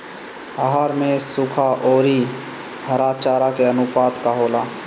आहार में सुखा औरी हरा चारा के आनुपात का होला?